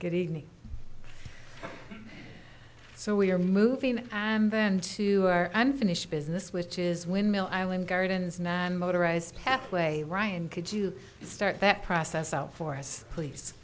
good evening so we're moving and then to our unfinished business which is windmill island gardens non motorized pathway ryan could you start that process out for us please